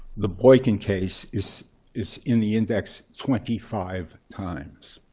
the boykin case is is in the index twenty five times.